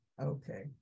okay